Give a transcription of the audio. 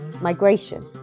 migration